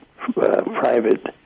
Private